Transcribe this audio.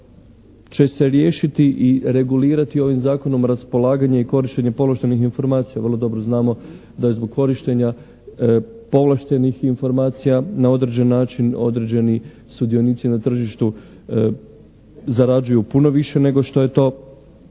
će se riješiti i regulirati ovim zakonom raspolaganje i korištenje povlaštenih informacija. Vrlo dobro znamo da je zbog korištenja povlaštenih informacija na određen način određeni sudionici na tržištu zarađuju puno više nego što je to,